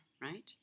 right